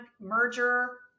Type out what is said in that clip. merger